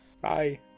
bye